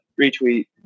retweet